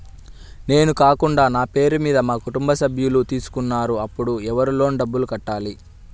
నేను కాకుండా నా పేరు మీద మా కుటుంబ సభ్యులు తీసుకున్నారు అప్పుడు ఎవరు లోన్ డబ్బులు కట్టాలి?